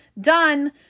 done